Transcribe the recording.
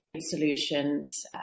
solutions